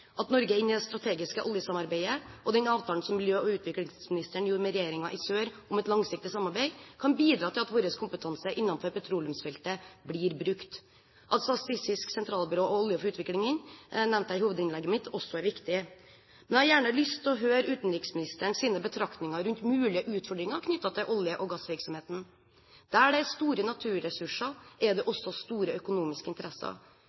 At Norge er inne i det strategiske oljesamarbeidet og den avtalen som miljø- og utviklingsministeren gjorde med regjeringen i sør om et langsiktig samarbeid, kan bidra til at vår kompetanse innenfor petroleumsfeltet blir brukt. At Statistisk sentralbyrå og Olje for utvikling er inne, nevnte jeg i hovedinnlegget mitt også er viktig. Jeg vil gjerne høre utenriksministerens betraktninger rundt mulige utfordringer knyttet til olje- og gassvirksomheten. Der det er store naturressurser, er det også store økonomiske interesser.